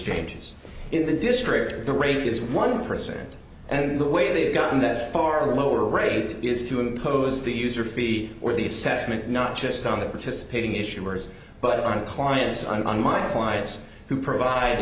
exchanges in the district the rate is one percent and the way they've gotten that far lower rate is to impose the user fee or the assessment not just on the participating issuers but on clients on my clients who provide